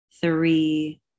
three